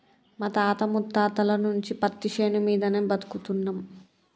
మా తాత ముత్తాతల నుంచి పత్తిశేను మీదనే బతుకుతున్నం